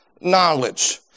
knowledge